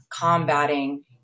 combating